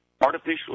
artificially